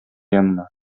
янына